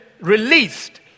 released